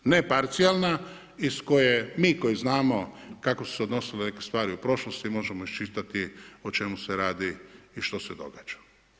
Ne parcijalna iz koje, mi koji znamo kako su se odnosili neke stvari u prošlosti možemo iščitati o čemu se radi i što se događa.